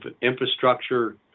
infrastructure